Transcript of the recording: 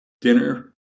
Dinner